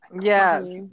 yes